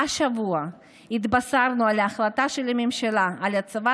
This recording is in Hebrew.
השבוע התבשרנו על החלטה של הממשלה על הצבת